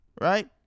Right